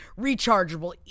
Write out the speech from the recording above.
rechargeable